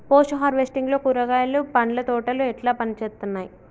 Post harvesting లో కూరగాయలు పండ్ల తోటలు ఎట్లా పనిచేత్తనయ్?